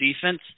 defense